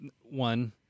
one